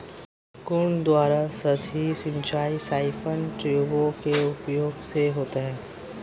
कुंड द्वारा सतही सिंचाई साइफन ट्यूबों के उपयोग से होता है